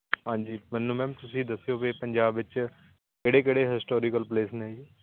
ਹਾਂਜੀ ਮੈਨੂੰ ਮੈਮ ਤੁਸੀਂ ਦੱਸਿਓ ਵੀ ਪੰਜਾਬ ਵਿੱਚ ਕਿਹੜੇ ਕਿਹੜੇ ਹਿਸਟੋਰੀਕਲ ਪਲੇਸ ਨੇ ਜੀ